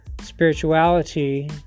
spirituality